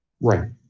Right